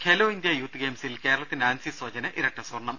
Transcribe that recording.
Khelo India youth ഗെയിംസിൽ ്കേരളത്തിന്റെ ആൻസി സോജന് ഇരട്ട സ്വർണ്ണം